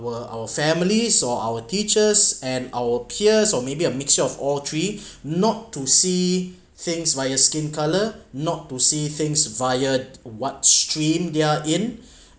our our families or our teachers and our peers or maybe a mixture of all three not to see things by your skin colour not to see things via what stream they're in